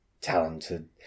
talented